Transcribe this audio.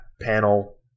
panel